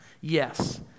Yes